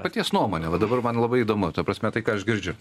paties nuomonė va dabar man labai įdomu ta prasme tai ką aš girdžiu